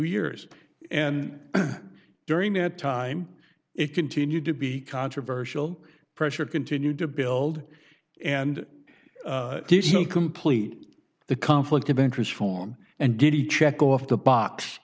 years and during that time it continued to be controversial pressure continued to build and complete the conflict of interest form and did he check off the box